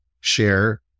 share